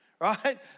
right